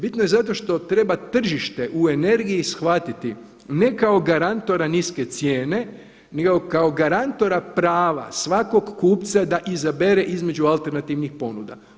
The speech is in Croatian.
Bitno je zato što treba tržište u energiji shvatiti ne kao garantora niske cijene, nego kao garantora prava svakog kupca da izabere između alternativnih ponuda.